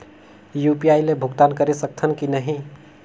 UPI ले भुगतान करे सकथन कि नहीं?